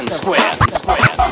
square